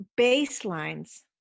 baselines